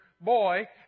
boy